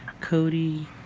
Cody